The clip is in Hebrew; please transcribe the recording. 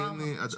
פוסט טראומה.